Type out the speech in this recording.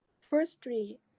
Firstly